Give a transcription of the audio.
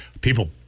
people